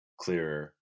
clearer